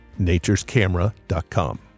naturescamera.com